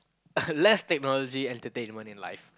less technology entertainment in life